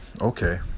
Okay